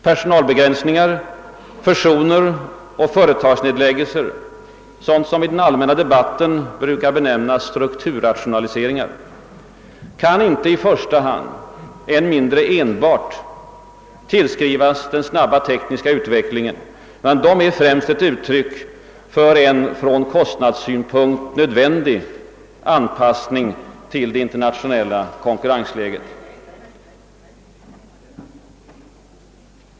Personalbegränsningar, fusioner och företagsnedläggelser — sådant som i den allmänna debatten brukar benämnas strukturrationaliseringar — kan inte i första hand, än mindre enbart, tillskrivas den snabba tekniska utvecklingen utan de är främst ett uttryck för en från kostnadssynpunkt nödvändig anpassning till det internationella konkurrensläget.